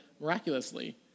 miraculously